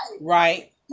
right